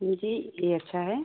जी ये अच्छा है